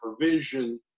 provision